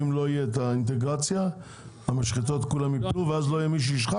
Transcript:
אם לא תהיה אינטגרציה המשחטות כולם ייפלו ואז לא יהיה מי שישחט?